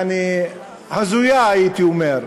יעני, הזויה, הייתי אומר,